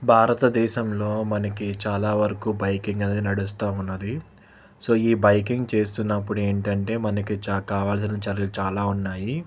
భారతదేశంలో మనకి చాలా వరకు బైకింగ్ అనేది నడుస్తూ ఉన్నది సో ఈ బైకింగ్ చేస్తున్నప్పుడు ఏంటంటే మనకి ఛా కావాల్సిన చర్యలు చాలా ఉన్నాయి